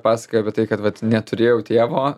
pasakojo apie tai kad vat neturėjau tėvo